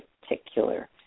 particular